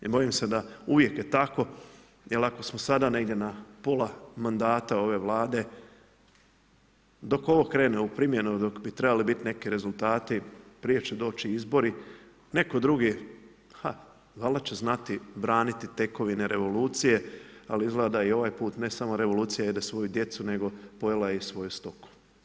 I bojim se da uvijek je tako jer ako smo sada negdje na pola mandata ove Vlade, dok ovo krene u primjenu, dok bi trebali biti neki rezultati, prije će doći izbori, netko drugi, ha, valjda će znati braniti tekovine revolucije, ali izgleda da i ovaj put ne samo revolucija jede svoju djecu nego pojela je i svoju stoku.